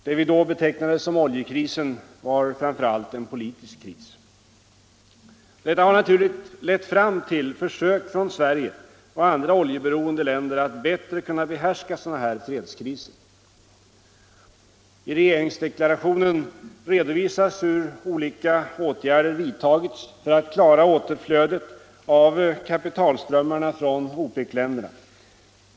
Det vi då betecknade som ”oljekrisen” var framför allt en politisk kris. Detta har naturligt lett fram till försök från Sverige och andra oljeberoende länder att bättre kunna behärska sådana här ”fredskriser”. I regeringsdeklarationen redovisas hur olika åtgärder vidtagits för att klara återflödet av kapitalströmmarna från OPEC-länderna.